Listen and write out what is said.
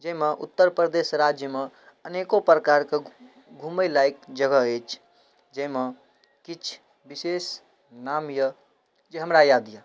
जै मे उत्तर प्रदेश राज्यमे अनेको प्रकारके घुमै लायक जगह अछि जैमे किछु विशेष नाम यऽ जे हमरा याद यऽ